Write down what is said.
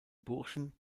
burschen